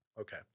Okay